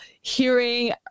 hearing